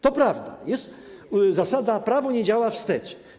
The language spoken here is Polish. To prawda, że jest zasada: prawo nie działa wstecz.